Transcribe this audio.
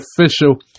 official